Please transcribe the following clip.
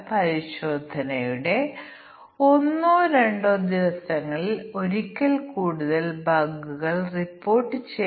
അതിനാൽ ഇവയുടെ വിവിധ കോമ്പിനേഷനുകൾ നിലവിലുണ്ട് ഇവയിൽ ജോഡികളുടെ അടിസ്ഥാനത്തിൽ നമുക്ക് പരിഗണിക്കാം